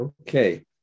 Okay